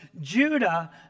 Judah